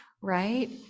right